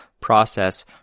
process